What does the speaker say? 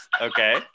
Okay